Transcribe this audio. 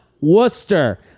worcester